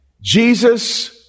Jesus